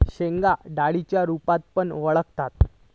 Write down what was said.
शेंगांका डाळींच्या रूपात पण वळाखतत